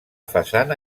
façana